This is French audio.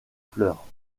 fleurs